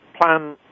plan